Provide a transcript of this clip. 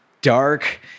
Dark